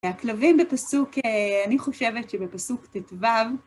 הכלבים בפסוק, אני חושבת שבפסוק ט"ו.